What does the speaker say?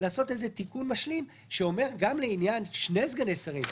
לעשות תיקון משלים שאומר: גם לעניין שני סגני שרים,